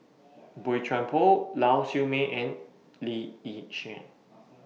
Boey Chuan Poh Lau Siew Mei and Lee Yi Shyan